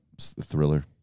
thriller